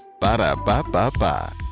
Ba-da-ba-ba-ba